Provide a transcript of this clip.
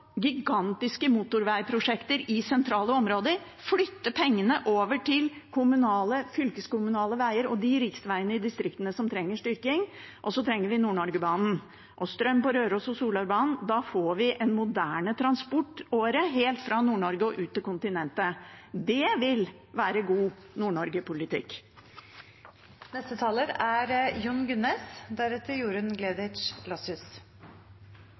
gigantiske motorvegprosjekter i sentrale områder. Vi må flytte pengene over til kommunale/fylkeskommunale veger og de riksvegene i distriktene som trenger styrking. Og så trenger vi Nord-Norge-banen og strøm på Rørøs- og Solørbanen. Da får vi en moderne transportåre helt fra Nord-Norge og ut til kontinentet. Det vil være god